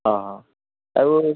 ହଁ ହଁ ଆଉ